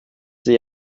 sie